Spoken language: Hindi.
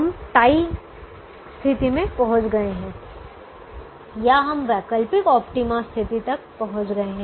हम टाई स्थिति में पहुंच गए हैं या हम वैकल्पिक ऑप्टिमा स्थिति तक पहुंच गए हैं